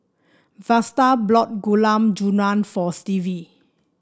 Vlasta Gulab Jamun for Stevie